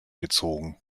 gezogen